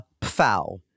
Pfau